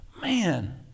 man